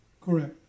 correct